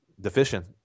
deficient